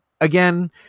again